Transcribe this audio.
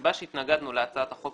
הסיבה שהתנגדנו להצעת החוק,